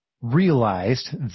realized